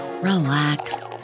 relax